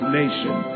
nation